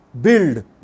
build